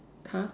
!huh!